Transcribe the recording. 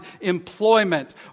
employment